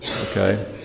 okay